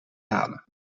dalen